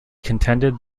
contended